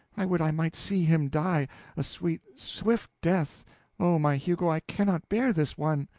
i would i might see him die a sweet, swift death oh, my hugo, i cannot bear this one!